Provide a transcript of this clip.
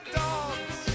dogs